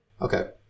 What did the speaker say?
Okay